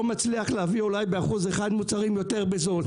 מצליח להביא אולי באחוז אחד מוצרים יותר בזול.